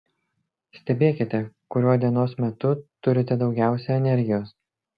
stebėkite kuriuo dienos metu turite daugiausiai energijos